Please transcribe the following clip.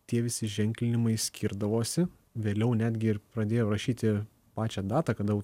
tie visi ženklinimai skirdavosi vėliau netgi ir pradėjo rašyti pačią datą kada